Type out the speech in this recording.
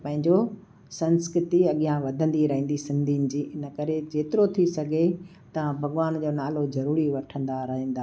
पंहिंजो संस्कृति अॻियां वधंदी रहंदी सिंधीयुनि जी इन करे जेतिरो थी सघे तव्हां भॻवान जो नालो ज़रूरी वठंदा रहंदा